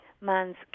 man's